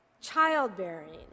childbearing